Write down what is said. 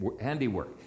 handiwork